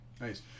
nice